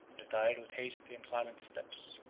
retired with hasty and silent steps,